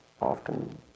often